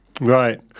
Right